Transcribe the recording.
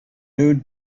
nude